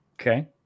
okay